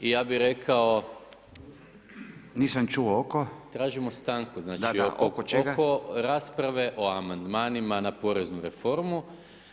Ja bi rekao [[Upadica Radin: Nisam čuo, oko?]] Tražimo stanku, znači [[Upadica Radin: Da, da, oko čega?]] Oko rasprave o amandmanima na poreznu reformu